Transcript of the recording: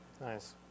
Nice